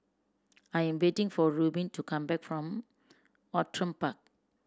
I am waiting for Rubin to come back from Outram Park